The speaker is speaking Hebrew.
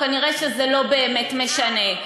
כנראה זה לא באמת משנה.